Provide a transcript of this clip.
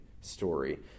story